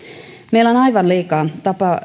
meillä on aivan liikaa